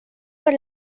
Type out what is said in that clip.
per